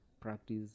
practice